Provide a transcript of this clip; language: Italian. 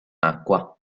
acqua